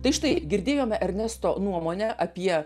tai štai girdėjome ernesto nuomonę apie